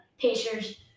Pacers